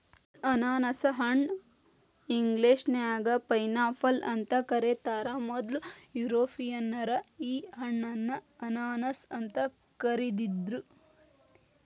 ಅನಾನಸ ಹಣ್ಣ ಇಂಗ್ಲೇಷನ್ಯಾಗ ಪೈನ್ಆಪಲ್ ಅಂತ ಕರೇತಾರ, ಮೊದ್ಲ ಯುರೋಪಿಯನ್ನರ ಈ ಹಣ್ಣನ್ನ ಅನಾನಸ್ ಅಂತ ಕರಿದಿದ್ರು